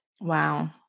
Wow